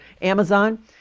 Amazon